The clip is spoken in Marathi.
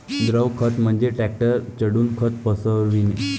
द्रव खत म्हणजे ट्रकवर चढून खत पसरविणे